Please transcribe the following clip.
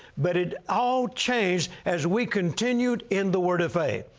but it all changed as we continued in the word of faith.